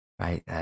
right